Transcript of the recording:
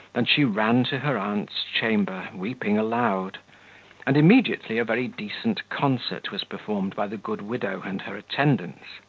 than she ran to her aunt's chamber, weeping aloud and immediately a very decent concert was performed by the good widow and her attendants.